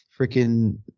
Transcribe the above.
freaking